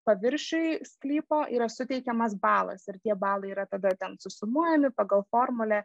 paviršiui sklypo yra suteikiamas balas ir tie balai yra tada ten susumuojami pagal formulę